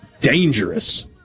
dangerous